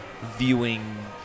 viewing